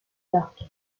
york